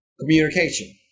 communication